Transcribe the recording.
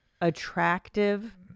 attractive